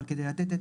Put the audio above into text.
אבל כדי לתת את